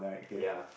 ya